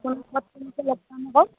কোন